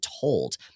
told